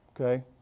okay